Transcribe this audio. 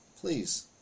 please